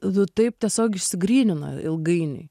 nu taip tiesiog išsigrynina ilgainiui